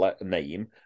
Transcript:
name